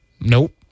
Nope